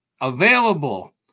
available